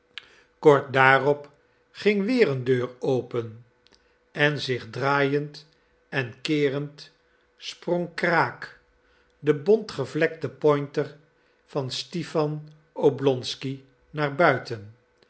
kort daarop ging weer een deur open en zich draaiend en keerend sprong kraak de bont gevlekte pointer van stipan oblonsky naar buiten